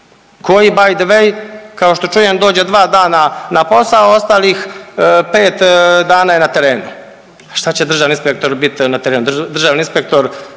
koji by the way kao što čujem dođe 2 dana na posao, a ostalih 5 dana je na terenu. Šta će državni inspektor biti na terenu, državni inspektor,